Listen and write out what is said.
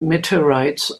meteorites